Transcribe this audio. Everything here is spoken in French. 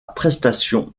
prestation